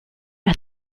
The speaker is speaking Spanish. las